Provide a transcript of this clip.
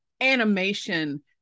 animation